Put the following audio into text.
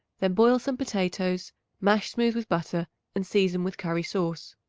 then boil some potatoes mash smooth with butter and season with curry sauce.